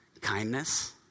kindness